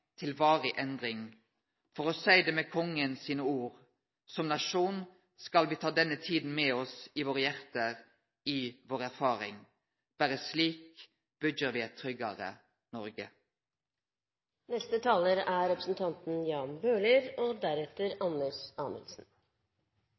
til varig endring. For å seie det med kongen: «Som nasjon skal vi ta denne tiden med oss i våre hjerter, i vår erfaring.» Berre slik byggjer me eit tryggare Noreg. Jeg stiller meg fullt og helt bak innlegget til saksordføreren og